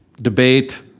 debate